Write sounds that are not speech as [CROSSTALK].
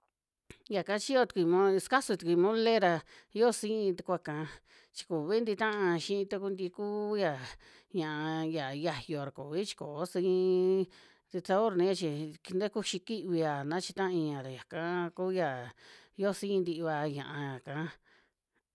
Yaka sichiyo tukui mol, [UNINTELLIGIBLE] sakasun tukui mole ra yoo siin tukua'ka, chi kuvi titaan xii taku ntikuuya ñia'a ya yiayua ra kuvi chi koo su iiin sabor nia chi nta kuxi kivia na chitaia ra yaka kuya yoo siin tiva ñia'a yaka.